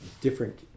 different